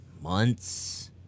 months